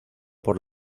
por